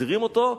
מחזירים אותו,